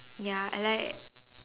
ya I like